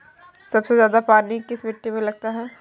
सबसे ज्यादा पानी किस मिट्टी में लगता है?